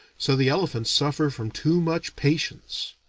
so the elephants suffer from too much patience.